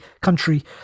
country